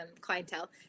clientele